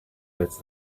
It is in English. with